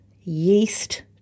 yeast